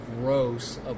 gross